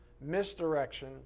Misdirection